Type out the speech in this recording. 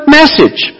message